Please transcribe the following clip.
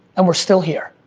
and we're still here,